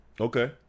Okay